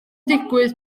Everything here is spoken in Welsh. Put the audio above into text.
digwydd